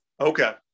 okay